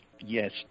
Yes